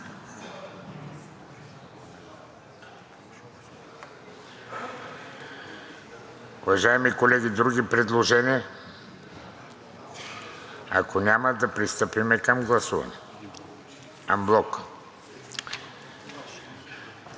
Уважаеми колеги, други предложения? Ако няма, да пристъпим към гласуване. Анблок.